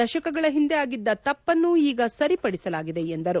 ದಶಕಗಳ ಹಿಂದೆ ಆಗಿದ್ದ ತಪ್ಪನ್ನು ಈಗ ಸರಿಪಡಿಸಲಾಗಿದೆ ಎಂದರು